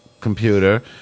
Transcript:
computer